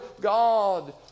God